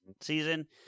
season